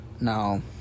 Now